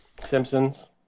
Simpsons